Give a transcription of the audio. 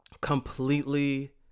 completely